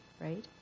right